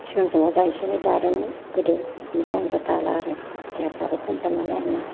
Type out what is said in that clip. सिगां समाव जा एसे एनै दादोंमोन गोदो बेनिफ्राय आं दा दाला आरो देहाफ्राबो खमफ्लेन नालाय आंना